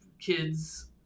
kids